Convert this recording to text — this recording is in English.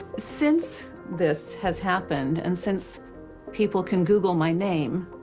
since this has happened and since people can google my name,